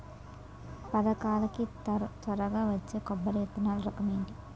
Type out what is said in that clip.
పథకాల కి త్వరగా వచ్చే కొబ్బరి విత్తనాలు రకం ఏంటి?